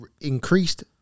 increased